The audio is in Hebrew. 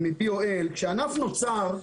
כשענף נוצר,